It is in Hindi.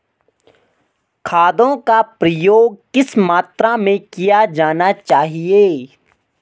खादों का प्रयोग किस मात्रा में किया जाना चाहिए?